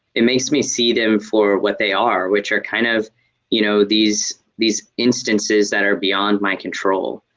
it makes me see them for what they are, which are kind of you know these these instances that are beyond my control.